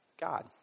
God